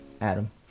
adam